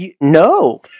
No